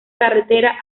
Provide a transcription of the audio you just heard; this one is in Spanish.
carretera